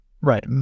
Right